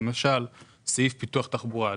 כמו סעיף פיתוח תחבורה.